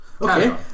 Okay